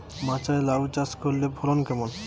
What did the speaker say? মাচায় লাউ চাষ করলে ফলন কেমন?